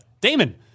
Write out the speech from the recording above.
damon